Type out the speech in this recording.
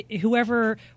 whoever –